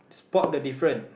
spot the different